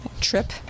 Trip